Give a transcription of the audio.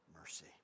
mercy